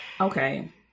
Okay